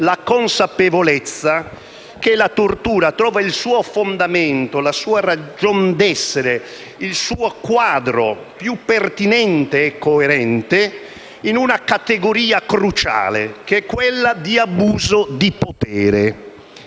la consapevolezza che la tortura trovi il suo fondamento, la sua ragione d'essere e il suo quadro più pertinente e coerente in una categoria cruciale: l'abuso di potere.